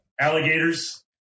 Alligators